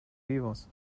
vivos